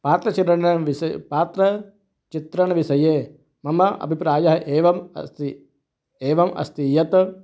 पात्रचयनविषयः पात्रचित्रणविषये मम अभिप्रायः एवम् अस्ति एवम् अस्ति यत्